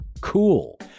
Cool